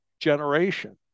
generation